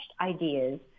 ideas